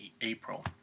April